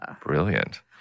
Brilliant